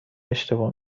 اشتباه